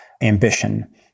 ambition